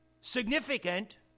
significant